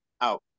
out